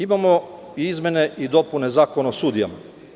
Imamo i izmene i dopune Zakona o sudijama.